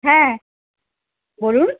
হ্যাঁ বলুন